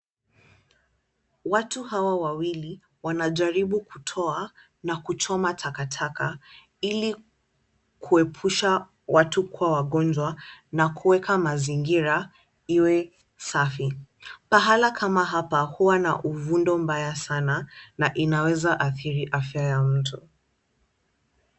Watu hawa wawili wanajaribu kutoa na kuchoma takataka ili kuepusha watu kuwa wagonjwa na kuweka mazingira iwe safi. Pahala kama hapa huwa na uvundo mbaya sana na inaweza athiri afya ya mtu.